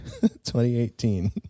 2018